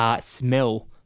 Smell